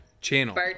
channel